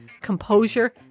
composure